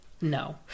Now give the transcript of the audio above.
no